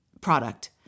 product